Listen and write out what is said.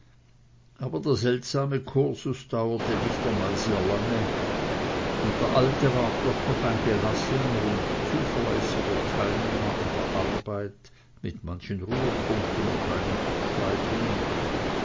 aber der seltsame kursus dauerte nicht einmal sehr lange und der alte ward doch noch ein gelassener und zuverlässiger teilnehmer an der arbeit mit manchen ruhepunkten und kleinen abschweifungen